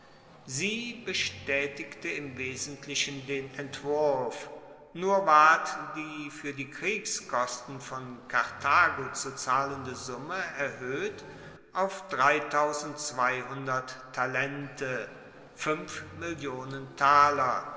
sie bestaetigte im wesentlichen den entwurf nur ward die fuer die kriegskosten von karthago zu zahlende summe erhoeht auf talente